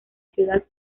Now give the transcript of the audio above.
ciudad